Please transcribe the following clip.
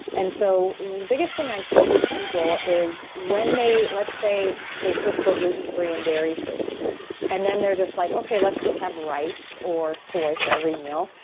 and so the biggest thing i see with people is when they, let's say, they first go gluten-free and dairy-free and then they're just, like okay let's just have rice or soy for every meal.